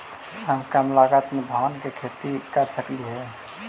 हम कम लागत में धान के खेती कर सकहिय?